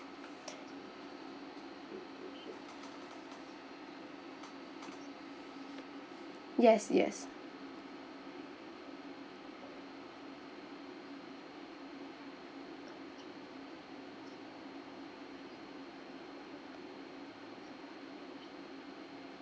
yes yes